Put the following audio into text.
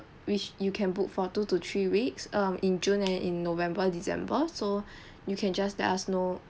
which you can book for two to three weeks um in june and in november december so you can just let us know